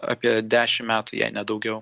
apie dešim metų jei ne daugiau